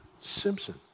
Simpson